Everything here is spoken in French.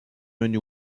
menu